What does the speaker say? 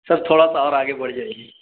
سر تھوڑا سا اور آگے بڑھ جائیے